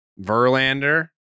verlander